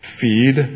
feed